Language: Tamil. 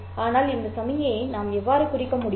ஆனால் இந்த சமிக்ஞையை நாம் எவ்வாறு குறிக்க முடியும்